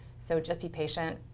so just be patient,